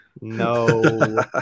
No